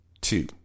two